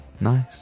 nice